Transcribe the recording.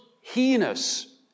heinous